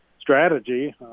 strategy